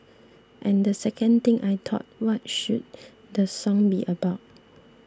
and the second thing I thought what should the song be about